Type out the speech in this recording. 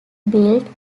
built